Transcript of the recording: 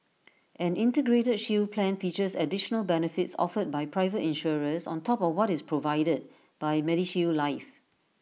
an integrated shield plan features additional benefits offered by private insurers on top of what is provided by medishield life